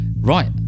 Right